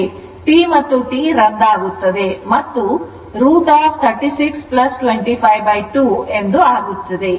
TT ರದ್ದಾಗುತ್ತದೆ ಮತ್ತು √36 25 2 ಆಗುತ್ತದೆ